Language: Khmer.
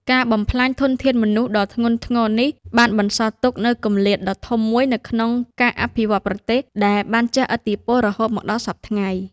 ការបំផ្លាញធនធានមនុស្សដ៏ធ្ងន់ធ្ងរនេះបានបន្សល់ទុកនូវគម្លាតដ៏ធំមួយនៅក្នុងការអភិវឌ្ឍប្រទេស ដែលបានជះឥទ្ធិពលរហូតមកដល់សព្វថ្ងៃ។